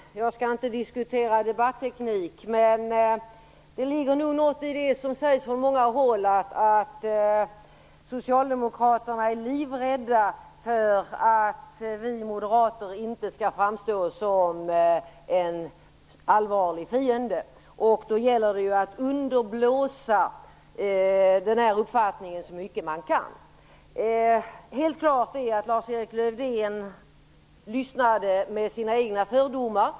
Fru talman! Jag skall inte diskutera debatteknik, men det ligger nog något i det som sägs från många håll, nämligen att Socialdemokraterna är livrädda för att vi moderater inte skall framstå som en allvarlig fiende och att det då gäller att underblåsa den uppfattningen så mycket man kan. Helt klart är att Lars-Erik Lövdén lyssnade med sina egna fördomar.